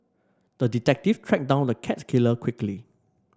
the detective tracked down the cat killer quickly